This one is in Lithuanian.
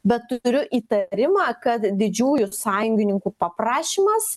bet turiu įtarimą kad didžiųjų sąjungininkų paprašymas